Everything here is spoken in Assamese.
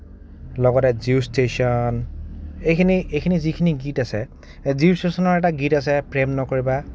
লগতে জিউ ষ্টেশ্যন এইখিনি এইখিনি যিখিনি গীত আছে জিউ ষ্টেশ্যনৰ এটা গীত আছে প্ৰেম নকৰিবা